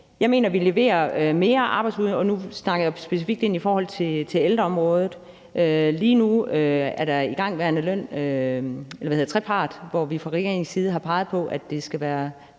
Jeg mener, vi leverer mere arbejdsudbud, og nu snakker jeg specifikt om ældreområdet. Lige nu er der igangværende trepartsforhandlinger, hvor vi fra regeringens side har peget på, at det skal være